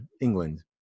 England